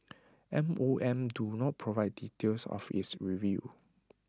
M O M did not provide details of its review